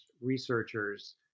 researchers